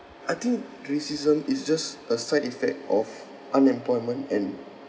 I think racism is just a side effect of unemployment and